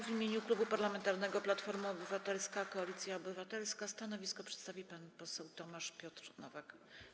W imieniu Klubu Parlamentarnego Platforma Obywatelska - Koalicja Obywatelska stanowisko przedstawi pan poseł Tomasz Piotr Nowak.